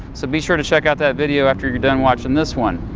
so be sure to check out that video after you're done watching this one.